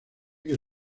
que